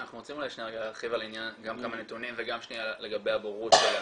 אנחנו רוצים להרחיב גם עם נתונים וגם לגבי הבורות של המשתמשים.